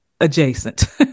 adjacent